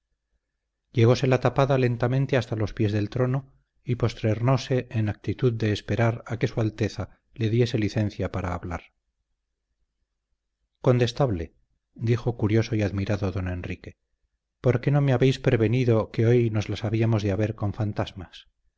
presentaba llegóse la tapada lentamente hasta los pies del trono y prosternóse en actitud de esperar a que su alteza le diese licencia para hablar condestable dijo curioso y admirado don enrique por qué no me habéis prevenido que hoy nos las habíamos de haber con fantasmas